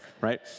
right